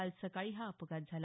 काल सकाळी हा अपघात झाला